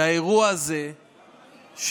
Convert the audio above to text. שהאירוע הזה של